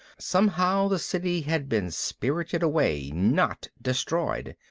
somehow the city had been spirited away, not destroyed.